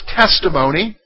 testimony